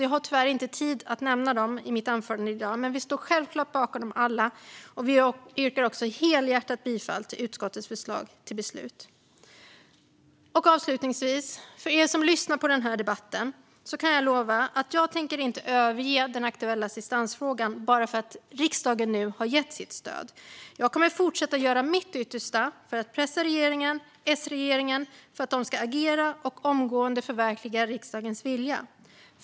Jag har tyvärr inte tid att nämna dem i mitt anförande i dag, men vi står självklart bakom dem alla. Vi yrkar också helhjärtat bifall till utskottets förlag till beslut. För er som lyssnar på debatten kan jag lova att jag inte tänker överge den aktuella assistansfrågan bara för att riksdagen nu har gett sitt stöd. Jag kommer att fortsätta göra mitt yttersta för att pressa S-regeringen att agera och omgående förverkliga riksdagens vilja.